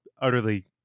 utterly